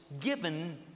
given